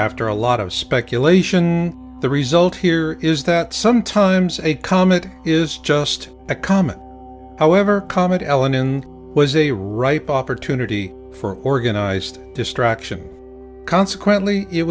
after a lot of speculation the result here is that sometimes a comet is just a comet however comet elon in was a ripe opportunity for organized destruction consequently it